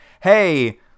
Hey